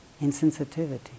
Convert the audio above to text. insensitivity